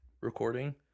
Recording